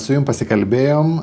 su jum pasikalbėjom